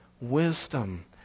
wisdom